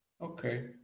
Okay